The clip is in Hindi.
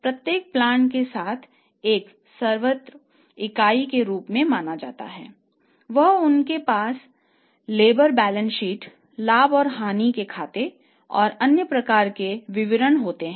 प्रत्येक प्लांट के स्थान को एक स्वतंत्र इकाई के रूप में माना जाता है और उनके पास लेबर बैलेंस शीट लाभ और हानि खाते और अन्य प्रकार के विवरण होते हैं